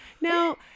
now